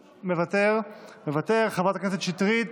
מוותר, חברת הכנסת שטרית,